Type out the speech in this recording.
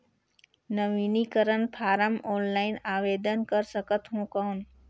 नवीनीकरण form offline आवेदन कर सकत हो कौन?